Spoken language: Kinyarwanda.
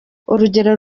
urugero